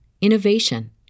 innovation